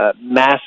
massive